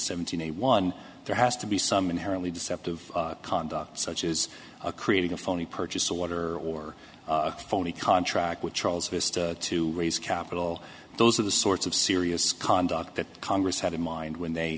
seventy one there has to be some inherently deceptive conduct such as a creating a phony purchase order or phony contract with charles vista to raise capital those are the sorts of serious conduct that congress had in mind when they